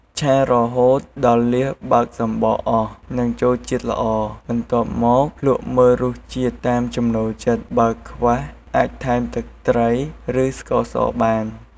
ឆារហូតដល់លៀសបើកសំបកអស់ និងចូលជាតិល្អ បន្ទាប់មកភ្លក់មើលរសជាតិតាមចំណូលចិត្ត បើខ្វះអាចថែមទឹកត្រី ឬស្ករសបាន។